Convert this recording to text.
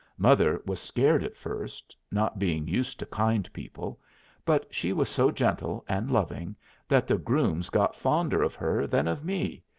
mother was scared at first not being used to kind people but she was so gentle and loving that the grooms got fonder of her than of me,